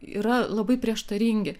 yra labai prieštaringi